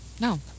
No